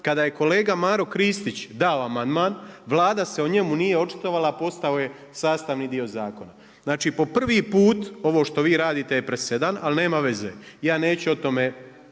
kada je kolega Maro Kristić dao amandman, Vlada se o njemu nije očitovala, postao je sastavni dio zakona. Znači, po prvi put ovo što vi radite je presedan, ali nema veze. Ja neću o tome,